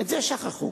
את זה כבר שכחו.